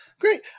Great